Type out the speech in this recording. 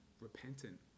repentant